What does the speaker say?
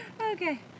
Okay